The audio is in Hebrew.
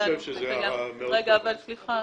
אני חושב שזה הערה נכונה מאוד.